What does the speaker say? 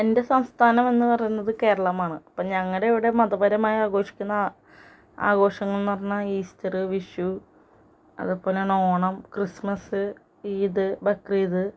എൻ്റെ സംസ്ഥാനം എന്ന് പറയുന്നത് കേരളമാണ് അപ്പം ഞങ്ങളുടെ ഇവിടെ മതപരമായി ആഘോഷിക്കുന്ന ആഘോഷങ്ങൾ എന്ന് പറഞ്ഞാൽ ഈസ്റ്റർ വിഷു അതുപോലെ തന്നെ ഓണം ക്രിസ്മസ് ഈദ് ബക്രീദ്